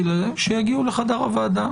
שיגיעו לחדר הוועדה.